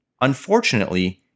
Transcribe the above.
Unfortunately